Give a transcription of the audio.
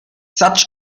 such